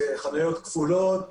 חניות כפולות,